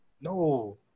no